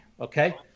Okay